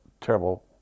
terrible